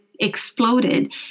Exploded